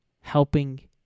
helping